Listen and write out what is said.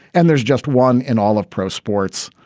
and there's just one in all of pro sports.